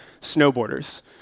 snowboarders